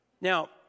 Now